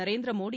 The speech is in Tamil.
நரேந்திரமோடி